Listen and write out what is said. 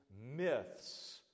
myths